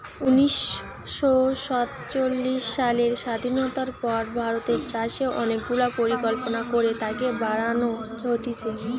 উনিশ শ সাতচল্লিশ সালের স্বাধীনতার পর ভারতের চাষে অনেক গুলা পরিকল্পনা করে তাকে বাড়ান হতিছে